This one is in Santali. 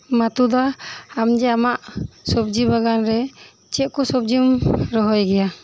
ᱢᱟᱛᱩ ᱫᱟ ᱟᱢ ᱟᱢᱟᱜ ᱥᱚᱵᱡᱤ ᱵᱟᱜᱟᱱ ᱨᱮ ᱪᱮᱫ ᱠᱚ ᱥᱚᱵᱡᱤᱢ ᱨᱚᱦᱚᱭ ᱜᱮᱭᱟ